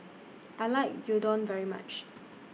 I like Gyudon very much